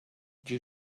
you